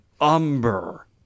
umber